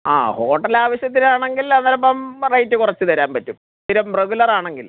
ആ ഹോട്ടൽ ആവശ്യത്തിനാണെങ്കിൽ അത് ചിലപ്പം റേറ്റ് കുറച്ച് തരാൻ പറ്റും സ്ഥിരം റെഗുലർ ആണെങ്കിൽ